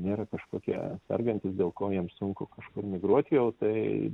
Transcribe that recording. nėra kažkokie sergantys dėl ko jiems sunku kažkur migruot jau tai